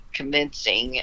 convincing